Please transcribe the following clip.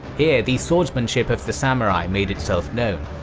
here, the swordsmanship of the samurai made itself known.